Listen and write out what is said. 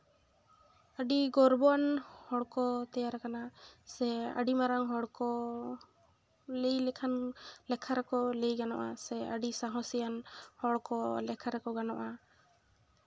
ᱟᱹᱰᱤ ᱜᱚᱨᱵᱚᱱ ᱦᱚᱲ ᱠᱚ ᱛᱮᱭᱟᱨ ᱠᱟᱱᱟ ᱥᱮ ᱟᱹᱰᱤ ᱢᱟᱨᱟᱝ ᱦᱚᱲ ᱠᱚ ᱞᱟᱹᱭ ᱞᱮᱠᱷᱟᱱ ᱞᱮᱠᱷᱟ ᱨᱮᱠᱚ ᱞᱟᱹᱭ ᱜᱟᱱᱚᱜᱼᱟ ᱥᱮ ᱟᱹᱰᱤ ᱥᱟᱦᱚᱥᱤᱭᱟᱱ ᱦᱚᱲ ᱠᱚ ᱞᱮᱠᱷᱟ ᱨᱮᱠᱚ ᱜᱟᱱᱚᱜᱼᱟ